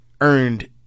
earned